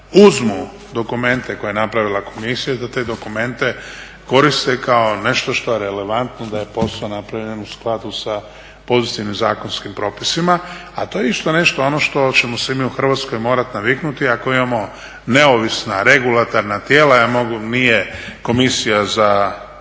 uzmu dokumente koje je napravila Komisija i da te dokumente koriste kao nešto što je relevantno da je posao napravljen u skladu sa pozitivnim zakonskim propisima. A to je isto nešto, ono što ćemo se mi u Hrvatskoj morati naviknuti ako imamo neovisna regulatorna tijela. …/Govornik se